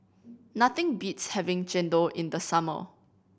nothing beats having chendol in the summer